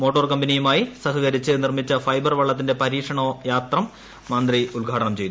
motor കമ്പനിയുമായി സഹകരിച്ച് നിർമിച്ച് ഒർഫ്ബർ വള്ളത്തിന്റെ പരീക്ഷണ യാത്ര മന്ത്രി ഉദ്ഘാടനം ചെയ്തു